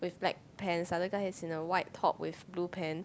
black pants other guy is in a white top with blue pant